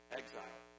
exile